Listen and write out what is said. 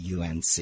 UNC